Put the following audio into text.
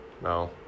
no